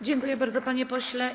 Dziękuję bardzo, panie pośle.